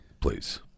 Please